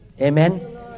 Amen